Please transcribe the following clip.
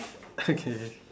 okay